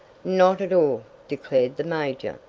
not at all, declared the major.